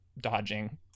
dodging